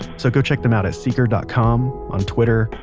so go check them out at seeker dot com, on twitter,